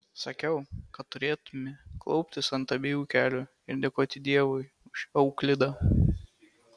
sakiau kad turėtumėme klauptis ant abiejų kelių ir dėkoti dievui už euklidą